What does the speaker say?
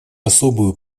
особую